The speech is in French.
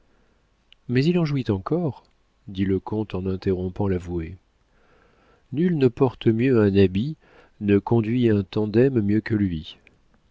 mais il en jouit encore dit le comte en interrompant l'avoué nul ne porte mieux un habit ne conduit un tandem mieux que lui